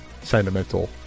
sentimental